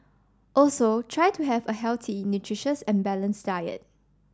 also try to have a healthy nutritious and balanced diet